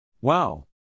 Wow